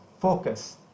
focus